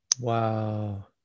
Wow